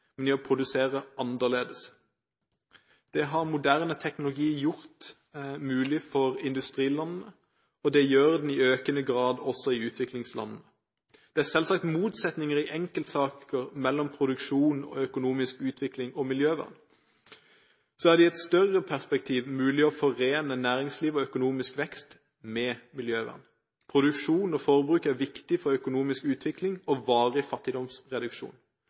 men i å produsere annerledes. Det har moderne teknologi gjort mulig for industrilandene, og det gjør den i økende grad også for utviklingslandene. Det er selvsagt motsetninger i enkeltsaker mellom produksjon og økonomisk utvikling og miljøvern. Så er det i et større perspektiv mulig å forene næringsliv og økonomisk vekst med miljøvern. Produksjon og forbruk er viktig for økonomisk utvikling og varig fattigdomsreduksjon.